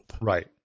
right